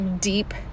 deep